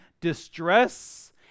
distress